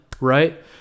right